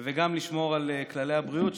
וגם לשמור על כללי הבריאות,